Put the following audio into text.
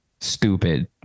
stupid